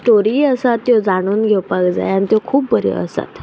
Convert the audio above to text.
story आसात त्यो जाणून घेवपाक जाय आनी त्यो खूब बऱ्यो आसात